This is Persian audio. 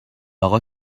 اقا